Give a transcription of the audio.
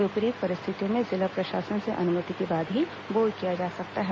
विपरीत परिस्थितियों में जिला प्रशासन से अनुमति के बाद ही बोर किया जा सकता है